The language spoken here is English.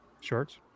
shorts